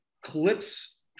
clips